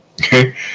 Okay